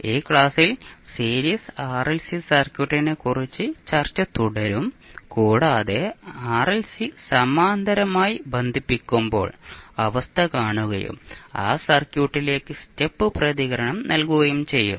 ഈ ക്ലാസ്സിൽ series RLC സർക്യൂട്ടിനെക്കുറിച്ച് ചർച്ച തുടരും കൂടാതെ ആർഎൽസി സമാന്തരമായി ബന്ധിപ്പിക്കുമ്പോൾ അവസ്ഥ കാണുകയും ആ സർക്യൂട്ടിലേക്ക് സ്റ്റെപ് പ്രതികരണം നൽകുകയും ചെയ്യും